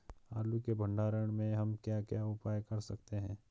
आलू के भंडारण में हम क्या क्या उपाय कर सकते हैं?